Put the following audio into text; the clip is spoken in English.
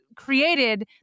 created